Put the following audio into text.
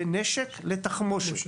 בין נשק לתחמושת,